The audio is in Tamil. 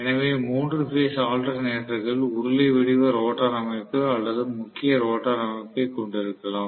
எனவே மூன்று பேஸ் ஆல்டர்நெட்டர்கள் உருளை வடிவ ரோட்டார் அமைப்பு அல்லது முக்கிய ரோட்டார் அமைப்பைக் கொண்டிருக்கலாம்